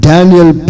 Daniel